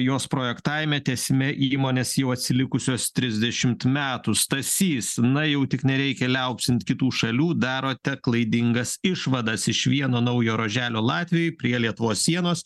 jos projektavime tiesime įmonės jau atsilikusios trisdešimt metų stasys na jau tik nereikia liaupsint kitų šalių darote klaidingas išvadas iš vieno naujo ruoželio latvijoj prie lietuvos sienos